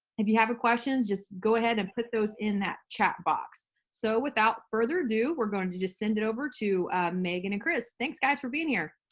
if you have a question just go ahead and put those in that chat box. so without further ado, we're going to just send it over to megan and chris. thanks guys for being here.